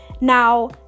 now